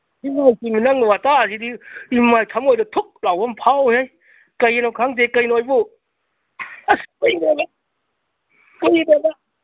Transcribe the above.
ꯅꯪꯒꯤ ꯋꯇꯥꯁꯤꯗꯤ ꯏꯃꯥꯏ ꯊꯃꯣꯏꯗ ꯊꯨꯛ ꯂꯥꯎꯕꯝ ꯐꯥꯎꯋꯤꯍꯦ ꯀꯩꯒꯤꯅꯣ ꯈꯪꯗꯦ ꯀꯩꯅꯣ ꯑꯩꯕꯨ ꯑꯁ ꯀꯨꯏꯔꯦꯕ ꯀꯨꯏꯔꯦꯕ